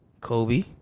Kobe